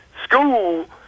School